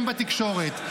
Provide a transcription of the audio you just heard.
גם בתקשורת.